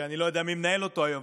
שאני לא יודע מי מנהל אותו היום,